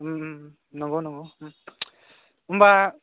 नंगौ नंगौ होनबा